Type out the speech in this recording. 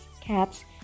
cats